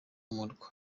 murwa